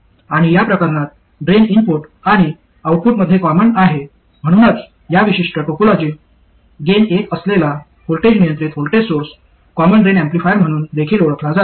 आणि या प्रकरणात ड्रेन इनपुट आणि आउटपुटमध्ये कॉमन आहे म्हणूनच या विशिष्ट टोपोलॉजी गेन एक असलेला व्होल्टेज नियंत्रित voltage source common drain amplifier म्हणून देखील ओळखला जातो